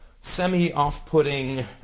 semi-off-putting